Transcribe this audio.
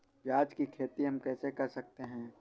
प्याज की खेती हम कैसे कर सकते हैं?